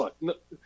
look